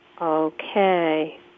Okay